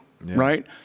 right